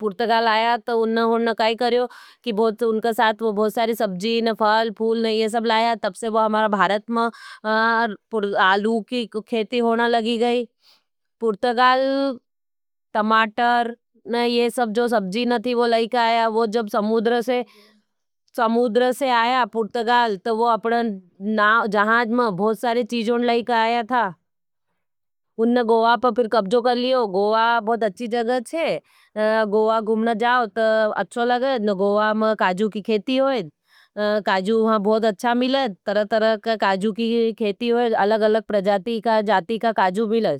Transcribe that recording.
पूर्टगाल आया। तो उन्होंने काई करयो, उनका साथ बहुत सारी सबजी, फल, फूल लाया। हमारा भारत में आलू की खेती होना लगी गई। पूर्टगाल टमाटर, ये सब जो सबजी नथी वो लाईका आया। वो जब समूदर से आया, पूर्टगाल, तो वो अपने जहाज में बहुत सारे चीजों लाईका आया था। उनने गोवा पर फिर कब्जो कर लियो, गोवा बहुत अच्छी जग है। गोवा घुमने जाओ, तो अच्छो लगे, न गोवा में काजु की खेती होई। अलग अलग प्रजाती का जाती का काजु मिला।